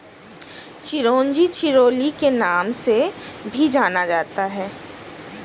चिरोंजी चिरोली के नाम से भी जाना जाता है